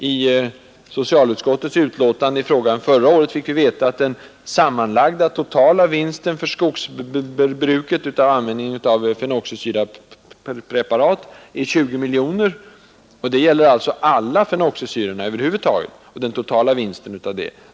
I socialutskottets betänkande i frågan förra året fick vi veta att den totala vinsten för skogsbruket av användningen av fenoxisyrapreparat är 20 miljoner. Det gäller alltså alla fenoxisyror över huvud taget.